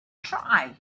try